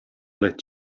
let